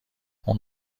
اون